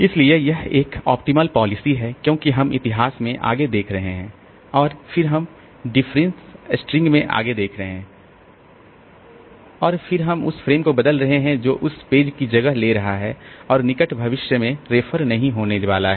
इसलिए यह एक ऑप्टिमल पॉलिसी है क्योंकि हम इतिहास में आगे देख रहे हैं और फिर हम डिफरेंस स्ट्रिंग में आगे देख रहे हैं और फिर हम उस फ्रेम को बदल रहे हैं जो उस पेज की जगह ले रहा है जो निकट भविष्य में रेफर नहीं होने वाला है